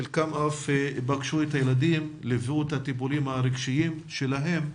חלקם אף פגשו את הילדים וליוו את הטיפולים הרגשיים שלהם,